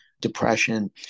depression